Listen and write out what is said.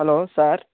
hello sir